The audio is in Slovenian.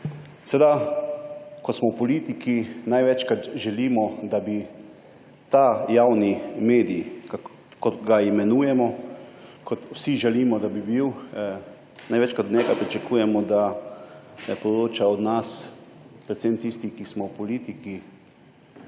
Seveda ko smo v politiki, največkrat želimo, da bi ta javni medij, kot ga imenujemo, kot vsi želimo, da bi bil, največkrat od njega pričakujemo, da poroča o nas, predvsem tisti, ki smo v politiki,